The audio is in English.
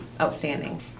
outstanding